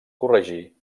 corregir